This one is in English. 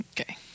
Okay